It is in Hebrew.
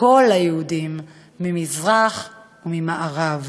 כל היהודים, ממזרח וממערב.